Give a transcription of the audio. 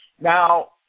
Now